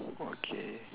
okay